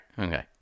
Okay